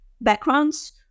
backgrounds